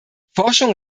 forschung